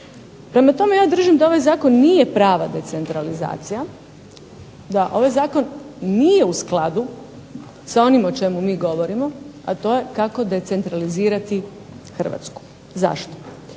Prema tome, ja držim da ovaj zakon nije prava decentralizacija, da ovaj zakon nije u skladu sa onim o čemu mi govorimo, a to je kako decentralizirati Hrvatsku. Zašto?